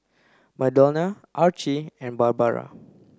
Madonna Archie and Barbara